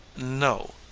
no,